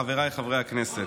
חבריי חברי הכנסת,